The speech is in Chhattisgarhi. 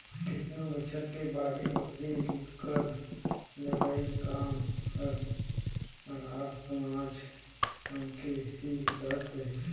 केतनो बछर ले बाड़ी बखरी कर लगई काम हर मरार समाज मन के ही रहत रहिस